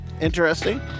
interesting